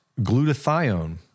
glutathione